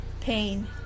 pain